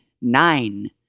nine